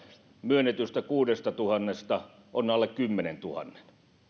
myönnetyistä kuudestatuhannesta on alle kymmenentuhannen